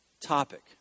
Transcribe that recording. topic